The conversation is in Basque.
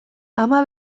ama